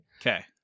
Okay